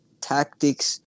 tactics